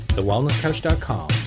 TheWellnessCouch.com